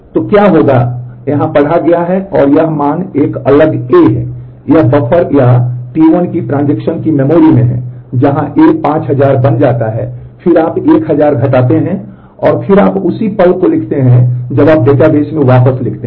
तो क्या होगा यहां पढ़ा गया है और यह मान एक अलग A है यह बफर में है जहां ए 5000 बन जाता है फिर आप 1000 घटाते हैं और फिर आप उसी पल को लिखते हैं जब आप डेटाबेस में वापस लिखते हैं